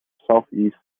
southeast